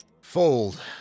Fold